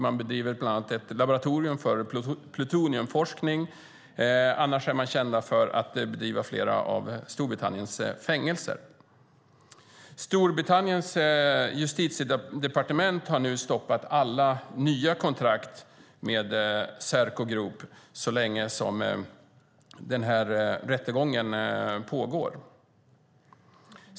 De driver bland annat ett laboratorium för plutoniumforskning, men är även kända för att driva flera av Storbritanniens fängelser. Storbritanniens justitiedepartement har nu stoppat alla nya kontrakt med Serco Group så länge rättegången pågår.